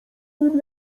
nim